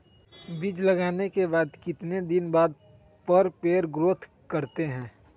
बीज लगाने के बाद कितने दिन बाद पर पेड़ ग्रोथ करते हैं?